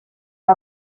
que